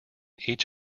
each